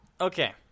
okay